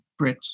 Brits